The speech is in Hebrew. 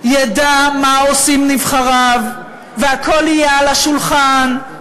ידע מה עושים נבחריו, והכול יהיה על השולחן.